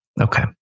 Okay